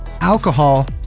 alcohol